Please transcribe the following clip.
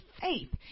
faith